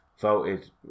voted